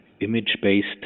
image-based